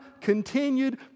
continued